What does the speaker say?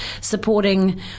supporting